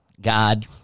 God